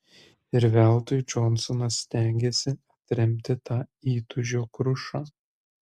ir veltui džonsonas stengėsi atremti tą įtūžio krušą